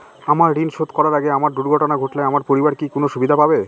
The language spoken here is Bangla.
আমার ঋণ শোধ করার আগে আমার দুর্ঘটনা ঘটলে আমার পরিবার কি কোনো সুবিধে পাবে?